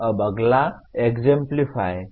अब अगला एक्जेम्पलीफाइ है